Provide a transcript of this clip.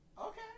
Okay